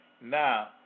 Now